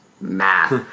Math